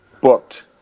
booked